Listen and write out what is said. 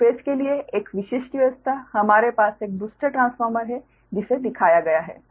तो फेस के लिए एक विशिष्ट व्यवस्था हमारे पास एक बूस्टर ट्रांसफार्मर है जिसे दिखाया गया है